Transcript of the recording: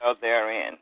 therein